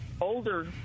older